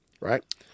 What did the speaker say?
Right